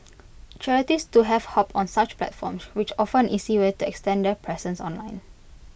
charities too have hopped on such platforms which offer an easy way to extend their presence online